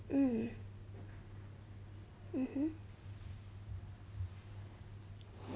hmm mmhmm